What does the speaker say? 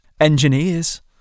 engineers